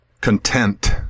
content